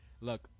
look